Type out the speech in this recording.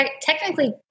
technically